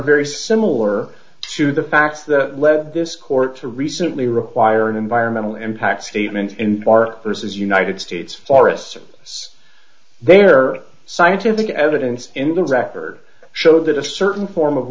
very similar to the fact that led this court to recently require an environmental impact statement in far as united states forests are there scientific evidence in the record showed that a certain form of